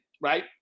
right